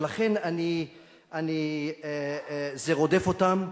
ולכן זה רודף אותם,